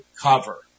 cover